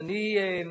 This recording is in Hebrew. להודיעכם,